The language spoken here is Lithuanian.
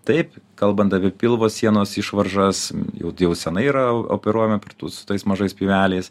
taip kalbant apie pilvo sienos išvaržos jau senai yra operuojame per tu su tais mažais pjūveliais